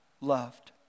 loved